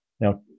Now